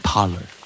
Parlor